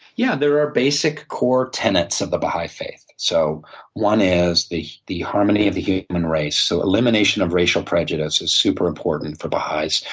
yeah, there are basic core tenants of the baha'i faith. so one is the the harmony of the human race, so elimination of racial prejudice is super important for baha'is,